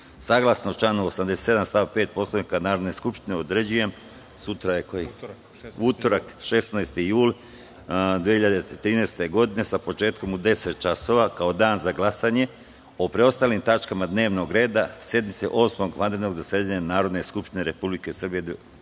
saglasno članu 87. stav 5. Poslovnika Narodne skupštine, određujem utorak, 16. jul 2013. godine, sa početkom u 10.00 časova, kao Dan za glasanje o preostalim tačkama dnevnog reda sednice Osmog vanrednog zasedanja Narodne skupštine Republike Srbije